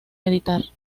editar